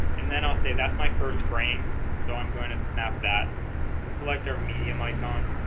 and then i'll say that's my first frame so i'm going to snap that we'll select our medium icon